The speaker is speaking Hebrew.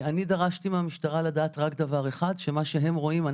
אני דרשתי מהמשטרה לדעת רק דבר אחד: שמה שהם רואים,